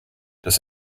dass